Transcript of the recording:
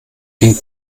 die